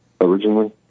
originally